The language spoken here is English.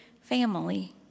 family